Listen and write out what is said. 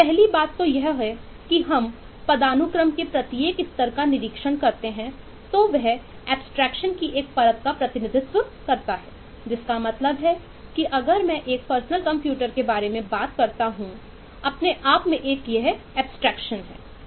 पहली बात तो यह है कि हम पदानुक्रम के प्रत्येक स्तर का निरीक्षण करते हैं तो वह एब्स्ट्रेक्शन है